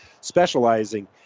specializing